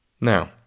Now